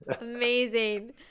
Amazing